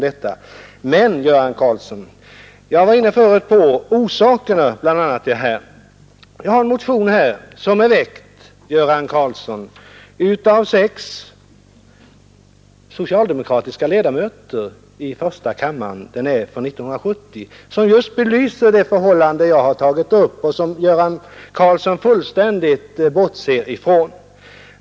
Men, herr Göran Karlsson, jag var tidigare inne på orsakerna till detta, och här har jag en motion från 1970, som är väckt av sex socialdemokratiska ledamöter i första kammaren, och den belyser just det förhållande som jag tog upp men som Göran Karlsson fullständigt bortser från.